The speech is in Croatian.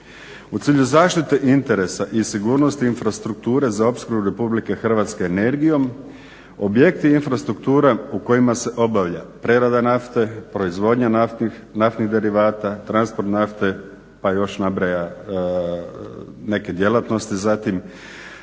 "U cilju zaštite interesa i sigurnosti infrastrukture za opskrbu Republike Hrvatske energijom, objekti infrastruktura u kojima se obavlja prerada nafte, proizvodnja naftnih derivata, transport nafte pa još nabraja, neke djelatnosti. Zatim,